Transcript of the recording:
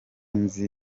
nzi